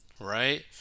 right